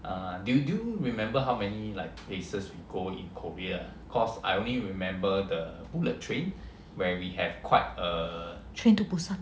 train to busan